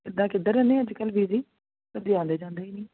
ਕਿੱਦਾਂ ਕਿੱਧਰ ਰਹਿੰਦੇ ਹੋ ਅੱਜ ਕੱਲ੍ਹ ਵੀਜ਼ੀ ਕਦੀ ਆਉਂਦੇ ਜਾਂਦੇ ਹੀ ਨਹੀਂ